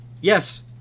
Yes